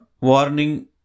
warning